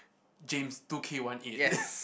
James two kay one eight